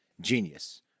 Genius